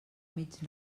mig